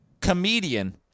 comedian